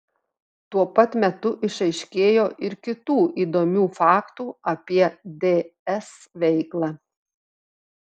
tuo pat metu išaiškėjo ir kitų įdomių faktų apie ds veiklą